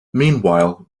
meanwhile